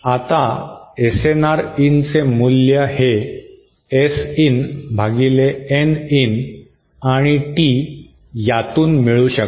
आता SNR in चे मूल्य हे S इन भागिले Nin आणि T यातून मिळू शकते